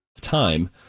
Time